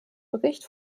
bericht